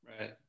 Right